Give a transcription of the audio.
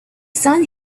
sun